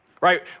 Right